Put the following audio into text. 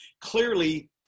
clearly